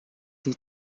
une